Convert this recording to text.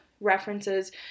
references